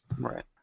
Right